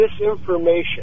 disinformation